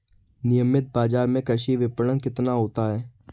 नियमित बाज़ार में कृषि विपणन कितना होता है?